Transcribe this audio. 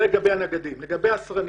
לגבי הסרנים,